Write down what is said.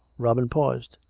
robin paused.